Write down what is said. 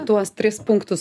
tuos tris punktus